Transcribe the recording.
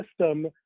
system